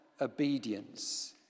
obedience